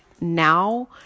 now